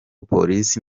polisi